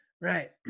Right